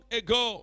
ago